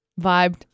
vibed